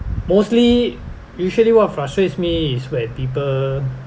mostly usually what frustrates me is when people